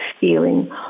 feeling